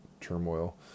turmoil